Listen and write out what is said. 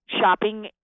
shopping